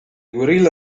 guerrilla